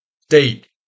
State